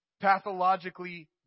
pathologically